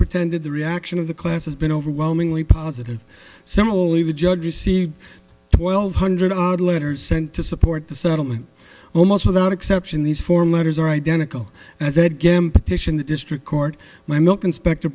pretended the reaction of the class has been overwhelmingly positive similarly the judge received twelve hundred odd letters sent to support the settlement almost without exception these four letters are identical and that game petition the district court my milk inspector